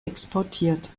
exportiert